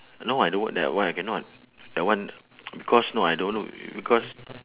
no I don't want that one I cannot that one because no I don't because